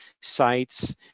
sites